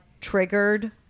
triggered